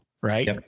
right